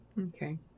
Okay